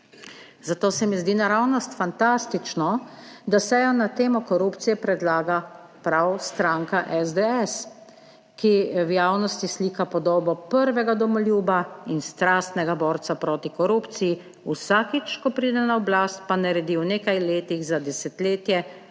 Zato se mi zdi naravnost fantastično, da sejo na temo korupcije predlaga prav stranka SDS, ki v javnosti slika podobo prvega domoljuba in strastnega borca proti korupciji, vsakič, ko pride na oblast, pa naredi v nekaj letih za desetletje